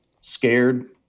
scared